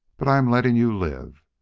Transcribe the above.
but i am letting you live.